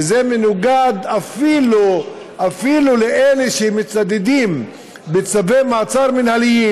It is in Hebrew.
שזה מנוגד אפילו לאלה שמצדדים בצווי מעצר מינהליים.